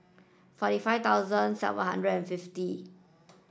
forty five thousand seven hundred and fifty